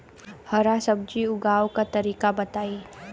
हरा सब्जी उगाव का तरीका बताई?